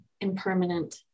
impermanent